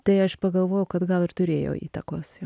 tai aš pagalvojau kad gal ir turėjo įtakos